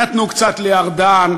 נתנו קצת לארדן,